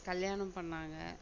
கல்யாணம் பண்ணாங்க